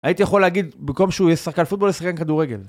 הייתי יכול להגיד, במקום שהוא ישחק על פוטבול, ישחק על כדורגל.